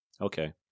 okay